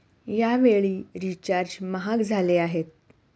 यावेळी रिचार्ज महाग झाले आहेत